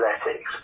athletics